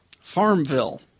Farmville